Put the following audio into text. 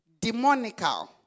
demonical